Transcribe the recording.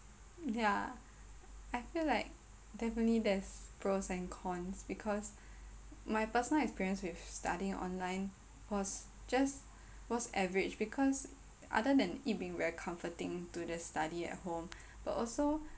ya I feel like definitely there's pros and cons because my personal experience with studying online was just was average because other than it being very comforting to just study at home but also